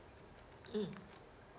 mm